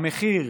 המחיר,